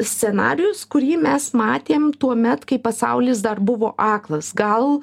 scenarijus kurį mes matėm tuomet kai pasaulis dar buvo aklas gal